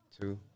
Two